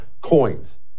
Coins